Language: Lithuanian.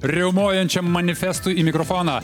riaumojančiam manifestui į mikrofoną